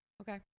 Okay